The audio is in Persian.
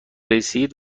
رسید